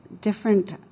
different